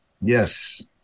Yes